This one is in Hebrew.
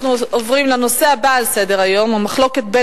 אנחנו עוברים לנושא הבא על סדר-היום: המחלוקת בין